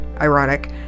ironic